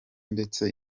ndetse